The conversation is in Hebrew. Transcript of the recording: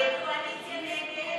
ההסתייגות